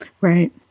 Right